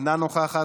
אינה נוכחת,